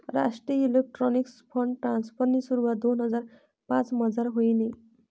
राष्ट्रीय electronics fund ट्रान्स्फरनी सुरवात दोन हजार पाचमझार व्हयनी